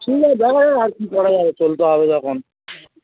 ঠিক আছে দেখা যাক আর কী করা যাবে চলতে হবে যখন